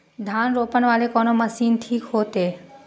धान रोपे वाला कोन मशीन ठीक होते?